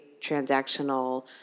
transactional